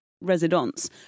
Residence